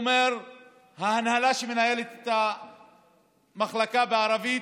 ההנהלה שמנהלת את המחלקה בערבית